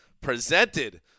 presented